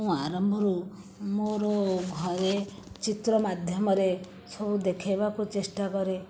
ମୁଁ ଆରମ୍ଭରୁ ମୋର ଘରେ ଚିତ୍ର ମାଧ୍ୟମରେ ସବୁ ଦେଖାଇବାକୁ ଚେଷ୍ଟା କରେ